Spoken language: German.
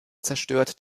zerstört